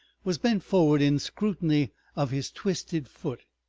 was bent forward in scrutiny of his twisted foot.